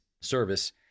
service